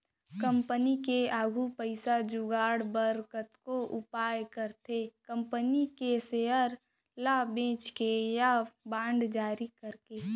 company के आघू पइसा जुगाड़ बर कतको उपाय रहिथे कंपनी के सेयर ल बेंच के या बांड जारी करके